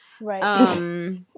right